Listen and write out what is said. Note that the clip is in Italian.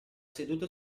seduto